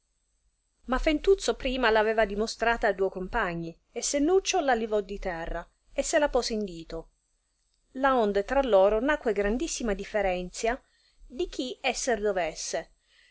ma fentuzzo prima aveva dimostrata a duoi compagni e sennuccio la levò di terra e se la pose in dito laonde tra loro nacque grandissima differenzia di chi esser devesse